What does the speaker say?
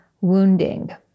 wounding